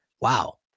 Wow